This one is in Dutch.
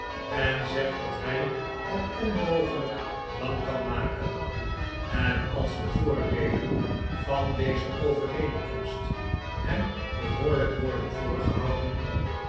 en zegt dat hij het onmogelijk lang kan maken en als de voordeelen van deze overeenkomst hem behoorlijk worden voorgehouden